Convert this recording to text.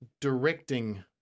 directing